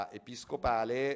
episcopale